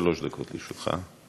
שלוש דקות לרשותך.